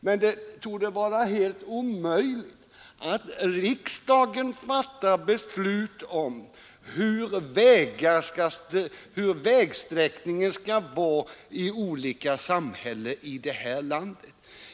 Men det torde vara helt omöjligt för riksdagen att fatta beslut om hur vägsträckningen skall vara i olika samhällen här i landet.